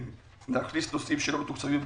להכניס נושאים שלא מתוקצבים בבסיס.